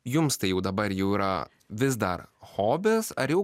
jums tai jau dabar jau yra vis dar hobis ar jau